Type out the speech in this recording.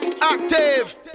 Active